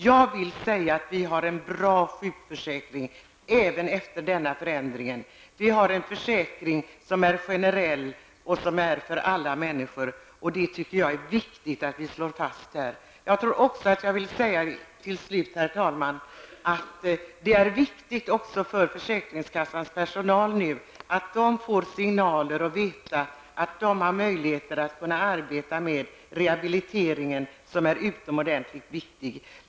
Jag anser att vi har ett bra sjukförsäkringssystem, och det kommer att gälla även efter denna förändring. Vi har en generell försäkring, en försäkring för alla människor. Det är viktigt att slå fast detta. Herr talman! Till slut vill jag understryka att det också är viktigt att försäkringskassans personal får signaler och besked om att man har möjlighet att arbeta med rehabiliteringen, vilken är utomordentligt betydelsefull.